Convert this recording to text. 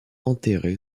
enterré